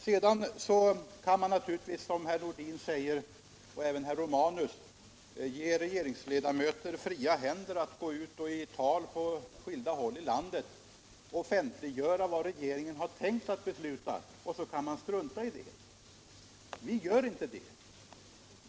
Vidare kan man naturligtvis, som herr Nordin och även herr Romanus säger, ge regeringsledamöter fria händer att i tal på skilda håll i landet offentliggöra vad regeringen har tänkt besluta men sedan strunta i det. Vi gör inte så.